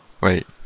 Wait